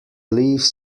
leaves